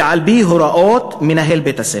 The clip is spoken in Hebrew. ועל-פי הוראות מנהל בית-הספר.